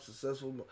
successful